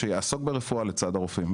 שיעסוק ברפואה לצד הרופאים,